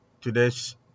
today's